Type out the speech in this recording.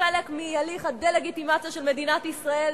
חלק מהליך הדה-לגיטימציה של מדינת ישראל